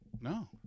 No